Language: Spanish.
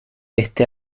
este